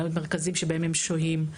למרכזים שבהם הם שוהים,